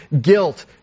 guilt